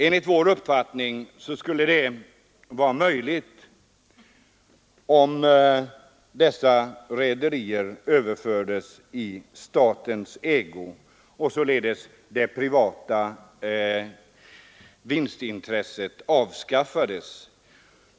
Enligt vår uppfattning skulle detta vara möjligt om dessa rederier överfördes i statens ägo och således det privata vinstintresset avskaffades.